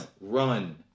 Run